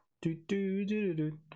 Do-do-do-do-do